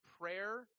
prayer